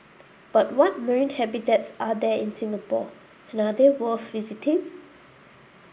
but what marine habitats are there in Singapore and are they worth visiting